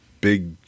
big